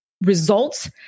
results